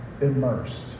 immersed